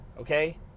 okay